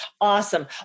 Awesome